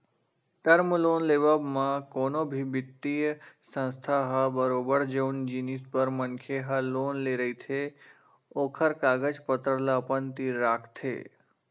term loan लेवब म कोनो भी बित्तीय संस्था ह बरोबर जउन जिनिस बर मनखे ह लोन ले रहिथे ओखर कागज पतर ल अपन तीर राखथे